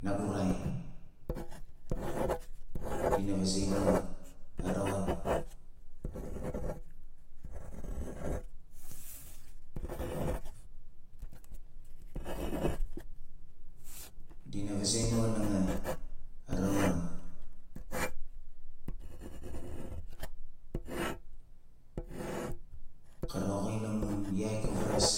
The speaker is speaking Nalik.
Nagu rai dina vazei nua "a rawaan" dina vazei nua nanga "a rawaan" ka roxin amun yai ka varas